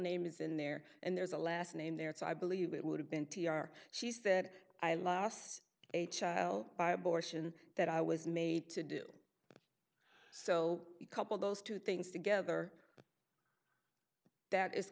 name is in there and there's a last name there so i believe it would have been t r she said i lost a child by abortion that i was made to do so couple those two things together that i